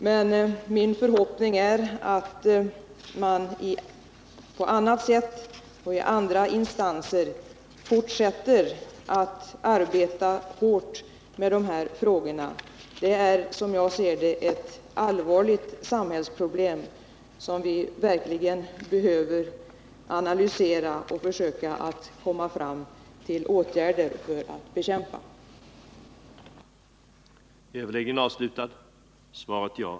Men min förhoppning är att man på annat sätt och i 38 andra instanser fortsätter att arbeta hårt med denna fråga. Det är, som jag ser det, ett allvarligt samhällsproblem, som vi verkligen behöver analysera för att - Nr 46 komma fram till hur det skall bekämpas.